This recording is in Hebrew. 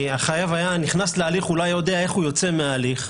החייב היה נכנס להליך ולא יודע איך הוא יוצא ממנו.